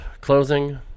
closing